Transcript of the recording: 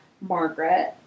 Margaret